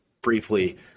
briefly